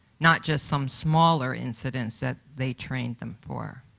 not just some smaller incidents that they trained them for?